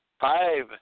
Five